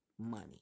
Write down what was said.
money